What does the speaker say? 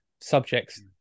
subjects